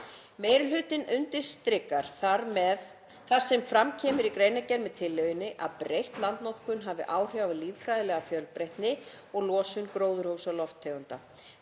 Meiri hlutinn undirstrikar það sem fram kemur í greinargerð með tillögunni, að breytt landnotkun hafi áhrif á líffræðilega fjölbreytni og losun gróðurhúsalofttegunda.